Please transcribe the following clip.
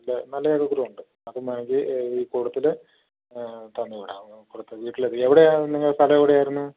നല്ല നല്ല ചക്കക്കുരു ഉണ്ട് അപ്പോൾ വേണമെങ്കിൽ ഈ കൂടത്തിൽ തന്നു വിടാം കൊടുത്ത് വീട്ടിൽ എവിടെയാണ് നിങ്ങളുടെ സ്ഥലം എവിടെ ആയിരുന്നു